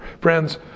Friends